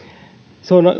se on